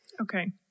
Okay